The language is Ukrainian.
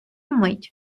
мить